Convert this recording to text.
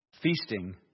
feasting